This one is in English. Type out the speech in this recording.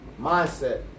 mindset